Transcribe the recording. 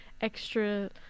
extra